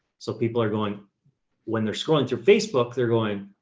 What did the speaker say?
so people are going when they're scrolling through facebook, they're going,